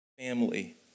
family